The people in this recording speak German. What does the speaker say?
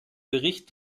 bericht